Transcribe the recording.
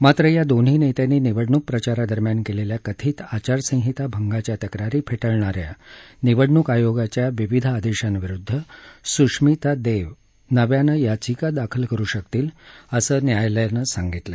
मात्र या दोन्ही नेत्यांनी निवडणूक प्रचारादरम्यान केलेल्या कथित आचारसंहिता भंगाच्या तक्रारी फेटाळणाऱ्या निवडणूक आयोगाच्या विविध आदेशां विरुद्ध सुश्मिता देव नव्यानं याचिका दाखल करु शकतील असं न्यायालयानं सांगितलं